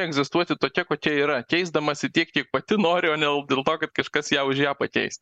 egzistuoti tokia kokia yra keisdamasi tiek kiek pati nori o ne dėl to kad kažkas ją už ją pakeis